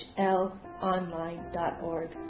hlonline.org